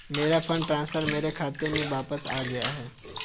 मेरा fund transfer मेरे खाते में वापस आ गया है